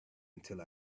until